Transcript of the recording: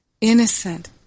innocent